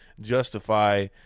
justify